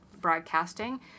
broadcasting